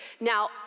Now